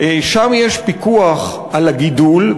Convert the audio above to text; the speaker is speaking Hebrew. שם יש פיקוח על הגידול,